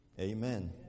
Amen